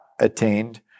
attained